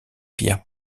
pierres